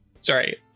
Sorry